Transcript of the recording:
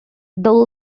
though